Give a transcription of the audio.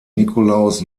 nikolaus